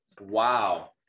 Wow